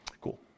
Cool